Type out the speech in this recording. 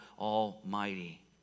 Almighty